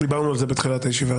דיברנו על זה בתחילת הישיבה.